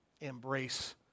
Embrace